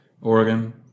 Oregon